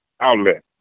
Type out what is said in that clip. outlet